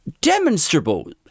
demonstrable